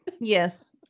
Yes